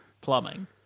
plumbing